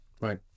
Right